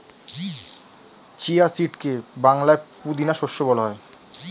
chia সিডকে বাংলায় পুদিনা শস্য বলা হয়